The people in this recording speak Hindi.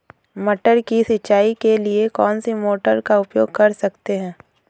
मटर की सिंचाई के लिए कौन सी मोटर का उपयोग कर सकते हैं?